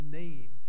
name